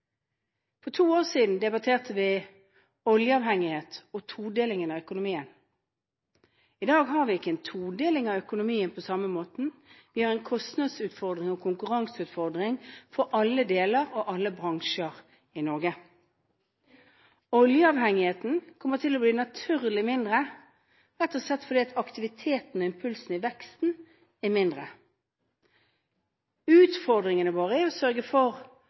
For to år siden debatterte vi oljeavhengighet og todelingen av økonomien. I dag har vi ikke en todeling av økonomien på samme måte. Vi har en kostnadsutfordring og en konkurranseutfordring for alle deler og alle bransjer i Norge. Oljeavhengigheten kommer til å bli naturlig mindre – rett og slett fordi aktiviteten og impulsen i veksten er mindre. Utfordringene våre er å sørge for